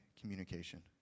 communication